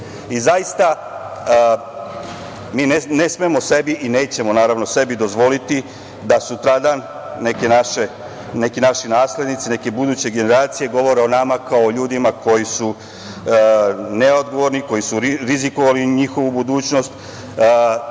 I zaista, mi ne smemo sebi i nećemo sebi dozvoliti da sutradan neki naši naslednici, neke buduće generacije, govore o nama kao o ljudima koji su neodgovorni, koji su rizikovali njihovu budućnost,